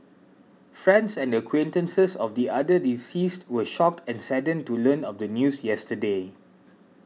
friends and acquaintances of the other deceased were shocked and saddened to learn of the news yesterday